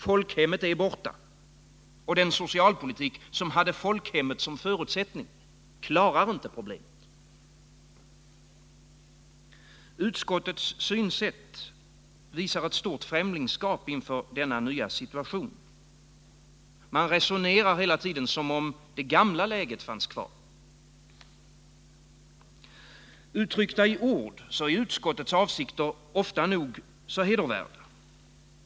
Folkhemmet är borta, och den socialpolitik som hade folkhemmet som förutsättning klarar inte problemet. Utskottets synsätt visar ett stort främlingskap inför denna nya situation. Man resonerar hela tiden som om det gamla läget fanns kvar. Uttryckta i ord är utskottets avsikter ofta nog så hedervärda.